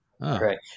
Right